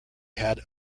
had